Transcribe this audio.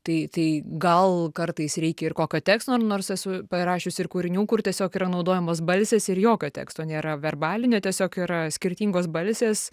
tai tai gal kartais reikia ir kokio teksto nors esu parašiusi ir kūrinių kur tiesiog yra naudojamos balsės ir jokio teksto nėra verbalinio tiesiog yra skirtingos balsės